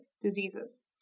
diseases